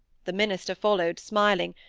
the minister followed, smiling,